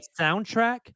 soundtrack